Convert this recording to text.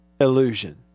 illusion